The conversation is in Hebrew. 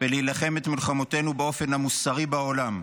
ולהילחם את מלחמותינו באופן המוסרי בעולם,